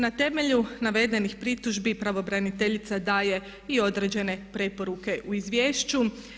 Na temelju navedenih pritužbi pravobraniteljica daje i određene preporuke u izvješću.